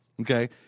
Okay